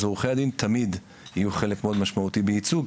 אז עורכי הדין תמיד יהיו חלק מאוד משמעותי בייצוג,